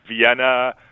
Vienna